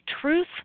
truth